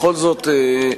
בכל זאת,